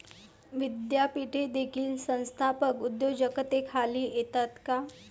विद्यापीठे देखील संस्थात्मक उद्योजकतेखाली येतात का?